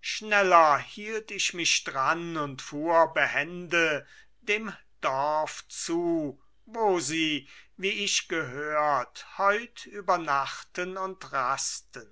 schneller hielt ich mich dran und fuhr behende dem dorf zu wo sie wie ich gehört heut übernachten und rasten